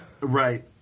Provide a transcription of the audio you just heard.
right